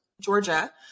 Georgia